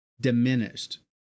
diminished